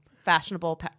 Fashionable